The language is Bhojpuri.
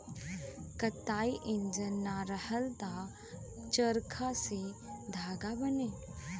कताई इंजन ना रहल त चरखा से धागा बने